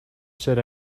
said